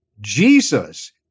Jesus